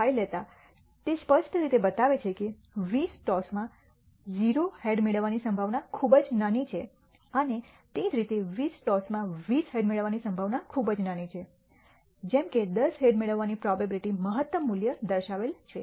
5 લેતા તેસ્પષ્ટ રીતે બતાવે છે કે 20 ટોસમાં 0 હેડ મેળવવાની સંભાવના ખૂબ જ નાની છે અને તે જ રીતે 20 ટોસમાં 20 હેડ મેળવવાની સંભાવના ખૂબ જ નાની છે જેમ કે દસ હેડ મેળવવાની પ્રોબેબીલીટી મહત્તમ મૂલ્ય દર્શાવેલ છે